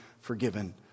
forgiven